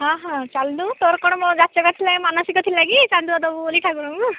ହଁ ହଁ ଚାଲୁନୁ ତୋର କ'ଣ ମୋ ଆସିଲାବେଳେ ମାନସିକ ଥିଲା କି ଚାନ୍ଦୁଆ ଦେବୁ ବୋଲି ଠାକୁରଙ୍କୁ